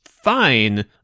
Fine